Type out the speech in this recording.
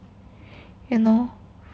you know